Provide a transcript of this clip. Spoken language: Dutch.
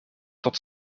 tot